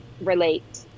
relate